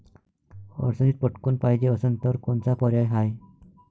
अडचणीत पटकण पायजे असन तर कोनचा पर्याय हाय?